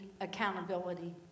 accountability